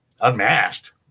unmasked